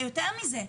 יותר מזה,